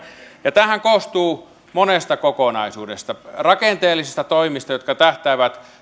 ja tämähän koostuu monesta kokonaisuudesta rakenteellisista toimista jotka tähtäävät